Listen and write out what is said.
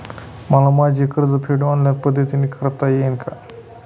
मला माझे कर्जफेड ऑनलाइन पद्धतीने करता येईल का?